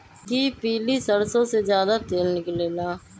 कि पीली सरसों से ज्यादा तेल निकले ला?